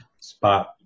spot